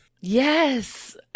Yes